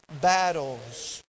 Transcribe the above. battles